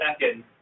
Second